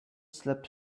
slept